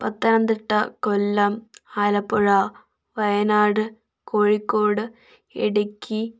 Pathanamthitta Kollam Alappuzha Wayanad Kozhikode Idukki